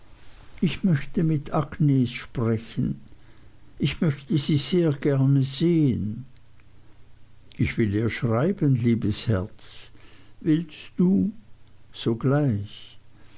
ich möchte mit agnes sprechen ich möchte sie sehr gerne sehen ich will ihr schreiben liebes herz willst du sogleich